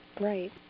Right